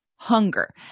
hunger